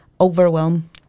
overwhelm